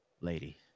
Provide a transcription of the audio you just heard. lady